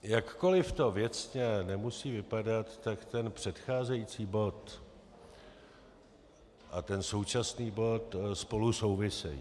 Jakkoliv to věcně nemusí vypadat, tak ten předcházející bod a ten současný bod spolu souvisejí.